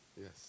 Yes